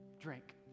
Drink